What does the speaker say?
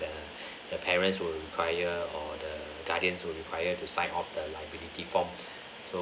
the parents will require or the guardians were required to sign off the liability form so